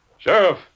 Sheriff